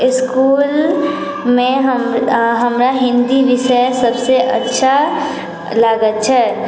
इसकुलमे हमरा हिन्दी विषय सभसँ अच्छा लागैत छै